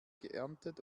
geerntet